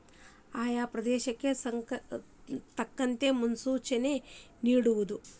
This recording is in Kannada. ಆಯಾ ಪ್ರದೇಶಕ್ಕೆ ತಕ್ಕಂತೆ ಸಂಬವನಿಯ ಮುನ್ಸೂಚನೆ ನಿಡುವುದು